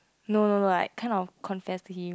no no no like kind of confess to him